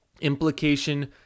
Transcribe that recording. implication